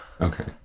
Okay